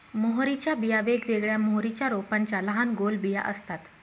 मोहरीच्या बिया वेगवेगळ्या मोहरीच्या रोपांच्या लहान गोल बिया असतात